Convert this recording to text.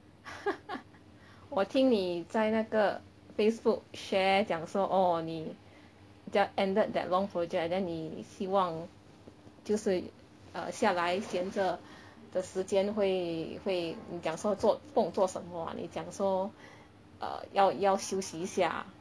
我听你在那个 Facebook share 讲说 orh 你 just ended that long project then 你希望就是 err 下来闲着的时间会会你讲说做不懂做什么啊你讲说 err 要要休息一下